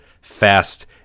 fast